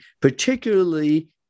particularly